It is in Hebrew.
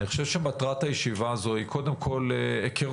אני חושב שמטרת הישיבה הזו היא קודם כל היכרות,